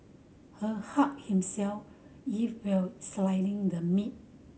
her hurt himself if while slicing the meat